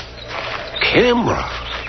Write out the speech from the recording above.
Camera